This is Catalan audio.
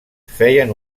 feien